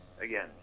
again